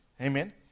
Amen